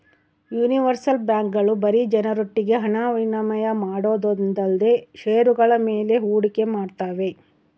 universal ಬ್ಯಾಂಕ್ಗಳು ಬರೀ ಜನರೊಟ್ಟಿಗೆ ಹಣ ವಿನಿಮಯ ಮಾಡೋದೊಂದೇಲ್ದೆ ಷೇರುಗಳ ಮೇಲೆ ಹೂಡಿಕೆ ಮಾಡ್ತಾವೆ